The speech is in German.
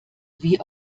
wie